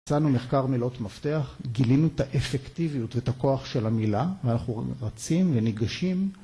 מצאנו מחקר מילות מפתח, גילינו את האפקטיביות ואת הכוח של המילה, ואנחנו רצים וניגשים